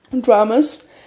dramas